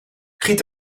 giet